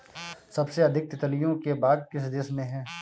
सबसे अधिक तितलियों के बाग किस देश में हैं?